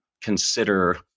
consider